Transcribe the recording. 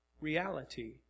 reality